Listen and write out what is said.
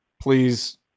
please